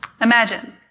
Imagine